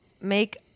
make